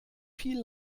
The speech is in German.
viel